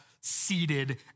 seated